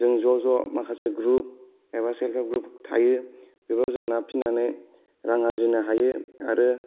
जों ज' ज' माखासे ग्रुप एबा सेल्प हेल्प ग्रुप थायो बेबो जों ना फिसिनानै रां आर्जिनो हायो आरो